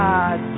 God